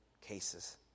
cases